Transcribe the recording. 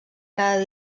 cada